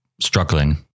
struggling